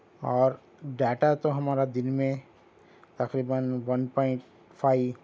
اور ڈاٹا تو ہمارا دن میں تقریباً ون پوائنٹ فائیو